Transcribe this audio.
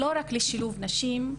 לא רק לשילוב נשים.